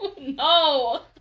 No